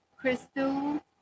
Crystal